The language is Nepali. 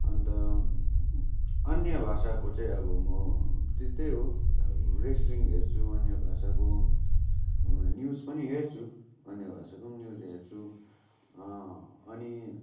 अन्त अन्य भाषाको चाहिँ अब म त्यो त्यही हो अब रेस्टलिङ हेर्छु अन्य भाषाको न्युज पनि हेर्छु अन्य भाषाको पनि न्युज हेर्छु अनि